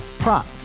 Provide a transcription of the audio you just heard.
Prop